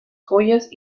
joyas